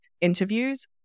interviews